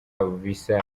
bisa